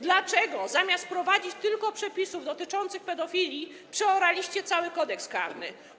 Dlaczego, zamiast wprowadzić tylko przepisy dotyczące pedofili, przeoraliście cały Kodeks karny?